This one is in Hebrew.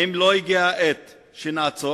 האם לא הגיעה העת שנעצור,